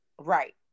Right